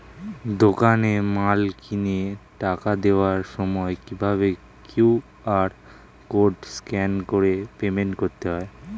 দোকানে মাল কিনে টাকা দেওয়ার সময় কিভাবে কিউ.আর কোড স্ক্যান করে পেমেন্ট করতে হয়?